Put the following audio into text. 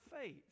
faith